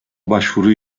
başvuru